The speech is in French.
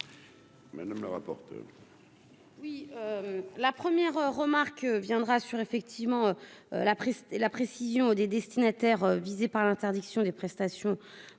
Madame le rapporteur.